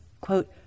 quote